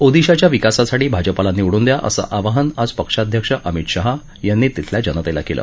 ओदिशाच्या विकासासाठी भाजपाला निवडून द्या असं आवाहन आज पक्षाध्यक्ष अमित शहा यांनी तिथल्या जनतेला केलं